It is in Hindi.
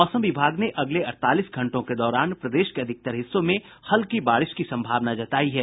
मौसम विभाग ने अगले अड़तालीस घंटों के दौरान प्रदेश के अधिकतर हिस्सों में हल्की बारिश की संभावना जतायी है